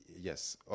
Yes